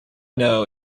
know